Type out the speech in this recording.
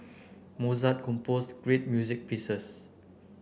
Mozart composed great music pieces